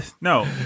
no